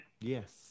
Yes